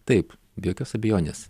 taip be jokios abejonės